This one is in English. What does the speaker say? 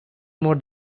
more